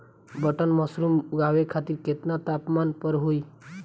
Button mushroom उगावे खातिर केतना तापमान पर होई?